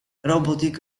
robotic